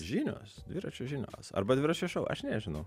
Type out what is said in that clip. žinios dviračio žinios arba dviračio šou aš nežinau